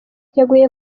yaguye